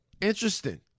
interesting